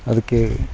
அதுக்கு